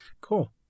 cool